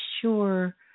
sure